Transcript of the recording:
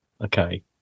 Okay